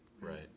Right